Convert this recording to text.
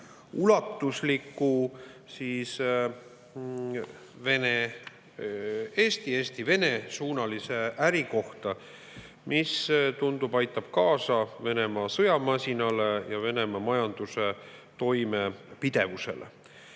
ulatusliku Vene–Eesti- ja Eesti–Vene-suunalise äri kohta, mis – nii tundub – aitab kaasa Venemaa sõjamasina ja Venemaa majanduse toimepidevusele.